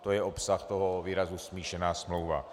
To je obsah toho výrazu smíšená smlouva.